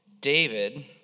David